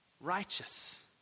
righteous